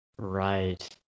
Right